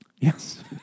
Yes